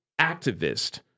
activist